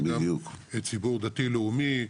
זה גם ציבור דתי לאומי,